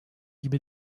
gibi